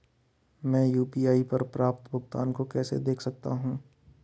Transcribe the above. मैं यू.पी.आई पर प्राप्त भुगतान को कैसे देख सकता हूं?